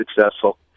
successful